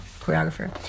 choreographer